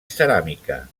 ceràmica